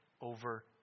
over